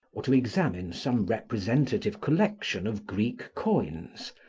or to examine some representative collection of greek coins,